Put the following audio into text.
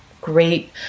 great